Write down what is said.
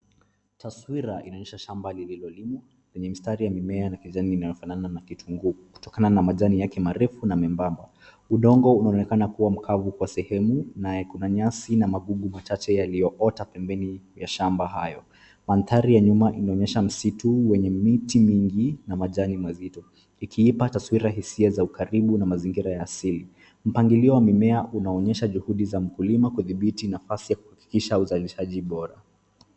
Taswira inaonyesha shamba lililolimwa kwenye mistari ya mimea na kijani inayofanana na kitunguu kutokana na majani yake marefu na membamba. Udongo unaonekana kuwa mkavu kwa sehemu na yako na nyasi na magugu machache yaliyoota pembeni ya shamba hayo. Mandhari ya nyuma inaonyesha msitu wenye miti mingi na majani mazito ikiipa taswira hisia za ukaribu na mazingira ya asili. Mpangilio wa mimea unaonyesha juhudi ya mkulima kudhibiti nafasi ya kuhakikisha uzalishaji bora.